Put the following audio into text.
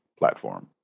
platform